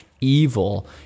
evil